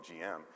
GM